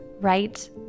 right